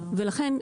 ולכן,